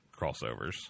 crossovers